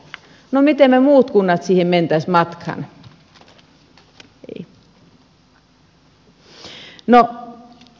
no miten me muut kunnat siihen menisimme matkaan